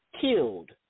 killed